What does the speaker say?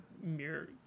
mirror